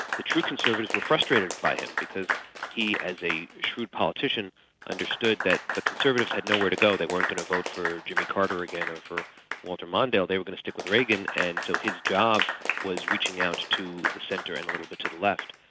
the true conservatives were frustrated by him because he as a shrewd politician understood that the conservatives had nowhere to go, they weren't going to go for jimmy carter again or for walter mondale, they were going to stick with reagan and so his job was reaching out to to the centre and little bits of the left.